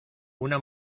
una